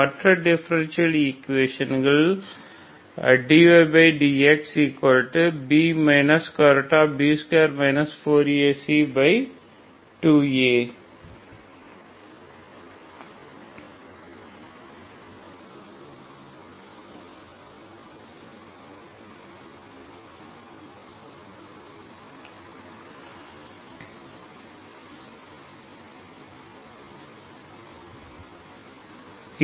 மற்ற differential equation கள் is dydxB B2 4AC2A 2xyy2 xy